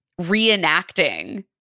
reenacting